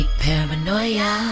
paranoia